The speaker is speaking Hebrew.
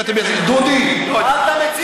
מה אתה מציע?